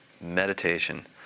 meditation